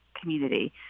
community